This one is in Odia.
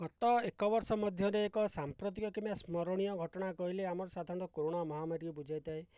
ଗତ ଏକ ବର୍ଷ ମଧ୍ୟରେ ଏକ ସାମ୍ପ୍ରତିକ କିମ୍ବା ସ୍ମରଣୀୟ ଘଟଣା କହିଲେ ଆମର ସାଧାରଣତଃ କରୋନା ମହାମାରୀକୁ ବୁଝାଇଥାଏ